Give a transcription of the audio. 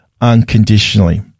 unconditionally